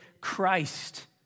Christ